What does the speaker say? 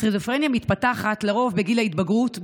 סכיזופרניה מתפתחת לרוב בגיל ההתבגרות,